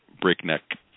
breakneck